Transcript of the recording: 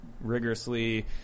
rigorously